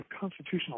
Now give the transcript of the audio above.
constitutional